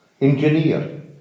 Engineer